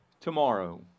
tomorrow